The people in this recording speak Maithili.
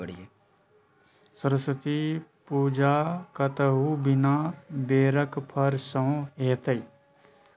सरस्वती पूजा कतहु बिना बेरक फर सँ हेतै?